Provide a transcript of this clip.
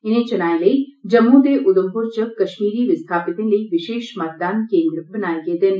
इनें चुनाए लेई जम्मू ते उधमपुर च कश्मीरी विस्थापतें लेई विशेष मतदान केंद्र बनाए गेदे न